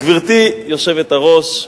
גברתי היושבת-ראש,